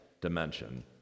dimension